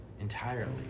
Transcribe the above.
entirely